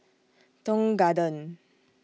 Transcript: Tong Garden